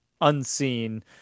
unseen